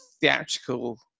theatrical